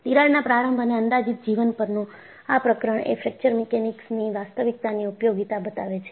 તિરાડના પ્રારંભ અને અંદાજીત જીવન પરનું આ પ્રકરણ એ ફ્રેક્ચર મિકેનિક્સની વાસ્તવિકતાની ઉપયોગિતા બતાવે છે